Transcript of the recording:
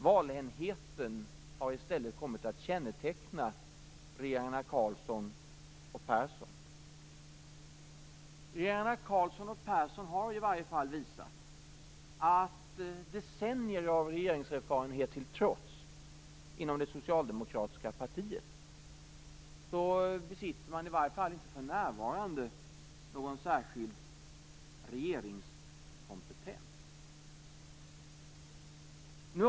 Valhäntheten har i stället kommit att känneteckna regeringarna Carlsson och Regeringarna Carlsson och Persson har i varje fall visat, decennier av regeringserfarenhet inom det socialdemokratiska partiet till trots, att man i alla fall inte för närvarande besitter någon särskild regeringskompetens.